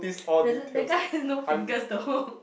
there's that guy has no fingers though